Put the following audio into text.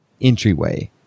entryway